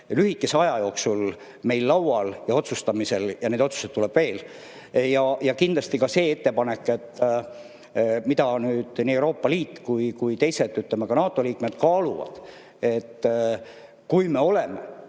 lühikese aja jooksul meil laual ja otsustamisel ning neid otsuseid tuleb veel. Kindlasti ka see ettepanek, mida nii Euroopa Liit kui ka teised, ka NATO liikmed, kaaluvad, et kui me oleme